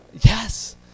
Yes